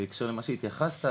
בהמשך למה שאתה התייחסת,